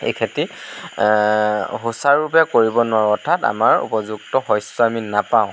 এই খেতি সুচাৰুৰূপে কৰিব নোৱাৰোঁ অৰ্থাৎ আমাৰ উপযুক্ত শস্য আমি নাপাওঁ